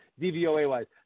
DVOA-wise